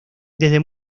desde